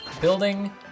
building